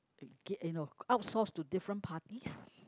get you know outsource to different parties